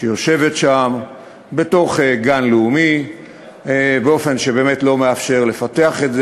שיושבת שם בתוך גן לאומי באופן שבאמת לא מאפשר לפתח את זה.